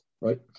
right